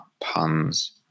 puns